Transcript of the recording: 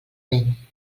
vent